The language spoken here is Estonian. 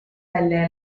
välja